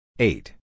Eight